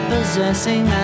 Possessing